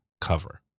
cover